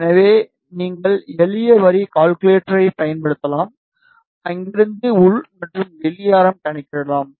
எனவே நீங்கள் எளிய வரி கால்குலேட்டரைப் பயன்படுத்தலாம் அங்கிருந்து உள் மற்றும் வெளி ஆரம் கணக்கிடலாம்